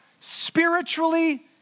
spiritually